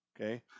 Okay